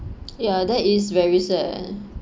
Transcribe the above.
ya that is very sad eh